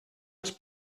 els